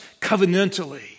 covenantally